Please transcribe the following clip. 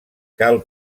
cal